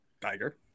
Tiger